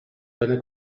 venne